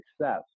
success